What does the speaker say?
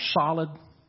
solid